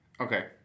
Okay